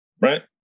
right